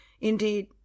Indeed